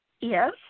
Yes